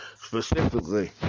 specifically